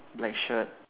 black shirt